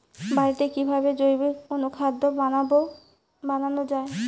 বাড়িতে কিভাবে জৈবিক অনুখাদ্য বানানো যায়?